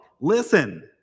listen